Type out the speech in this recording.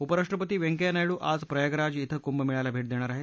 उपराष्ट्रपती वैंकय्या नायडू आज प्रयागराज इथं कुंभमेळ्याला भेट देणार आहे